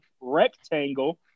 rectangle